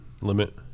limit